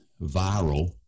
viral